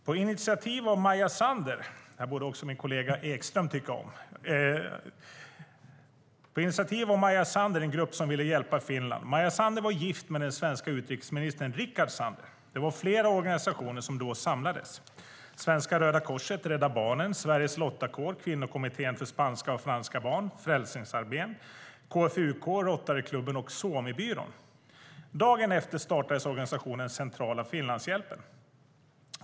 På initiativ av Maja Sandler - det här borde även min kollega Ekström tycka om - bildades en grupp som ville hjälpa Finland. Maja Sandler var gift med den svenske utrikesministern Rickard Sandler. Det var flera organisationer som då samlades: Svenska Röda Korset, Rädda Barnen, Sveriges lottakårer, Kvinnokommittén för spanska och franska barn, Frälsningsarmén, KFUK, Rotaryklubben och Suomibyrån. Dagen efter startades organisationen Centrala Finlandshjälpen.